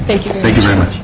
thank you very much